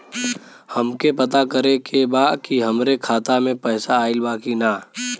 हमके पता करे के बा कि हमरे खाता में पैसा ऑइल बा कि ना?